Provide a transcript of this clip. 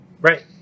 Right